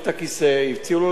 הציעו לו לתקן את הכיסא,